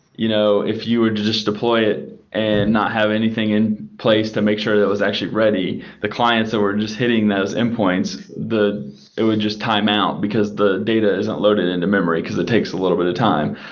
you know if you would just deploy it and not have anything in place to make sure that it it was actually ready, the clients that were just hitting those endpoints, it would just timeout because the data isn't loaded into memory because it takes a little bit of time.